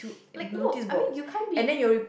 like no I mean you can't be